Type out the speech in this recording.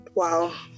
Wow